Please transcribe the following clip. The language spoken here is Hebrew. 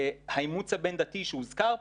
האימוץ הבין-דתי שהוזכר פה,